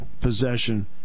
possession